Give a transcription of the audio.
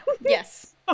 yes